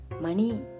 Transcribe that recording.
Money